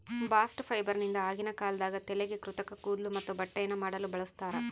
bast ಫೈಬರ್ನಿಂದ ಆಗಿನ ಕಾಲದಾಗ ತಲೆಗೆ ಕೃತಕ ಕೂದ್ಲು ಮತ್ತೆ ಬಟ್ಟೆಯನ್ನ ಮಾಡಲು ಬಳಸ್ತಾರ